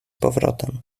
powrotem